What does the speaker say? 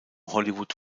hollywood